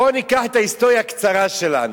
בואו ניקח את ההיסטוריה הקצרה שלנו,